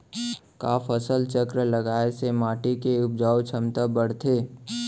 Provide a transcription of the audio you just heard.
का फसल चक्र लगाय से माटी के उपजाऊ क्षमता बढ़थे?